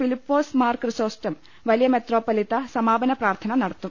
ഫിലി പ്പോസ് മാർ ക്രിസോസ്റ്റം വലിയ മെത്രോപ്പൊലീത്ത് സമാപന പ്രാർത്ഥന നടത്തും